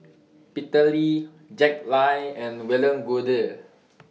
Peter Lee Jack Lai and William Goode